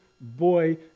boy